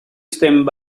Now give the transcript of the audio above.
stand